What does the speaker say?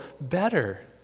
better